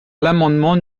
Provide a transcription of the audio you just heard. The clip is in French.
l’amendement